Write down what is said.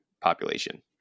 population